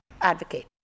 advocate